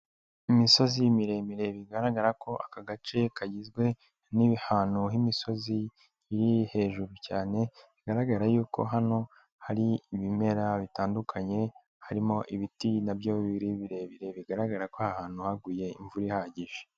Imisozi miremire bigaragara ko aka gace kagizwe n'ibihano n'imisozi iri hejuru cyane bigaragara yuko hano hari ibimera bitandukanye harimo ibiti nabyo bibiri birebire bigaragara ko ahantu haguye imvura ihagije.